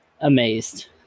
Amazed